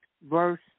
Verse